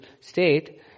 state